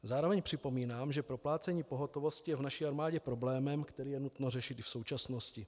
Zároveň připomínám, že proplácení pohotovosti je v naší armádě problémem, který je nutno řešit v současnosti.